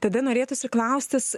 tada norėtųsi klaustis